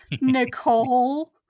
Nicole